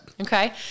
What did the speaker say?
Okay